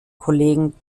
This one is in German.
kollegen